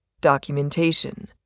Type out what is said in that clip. Documentation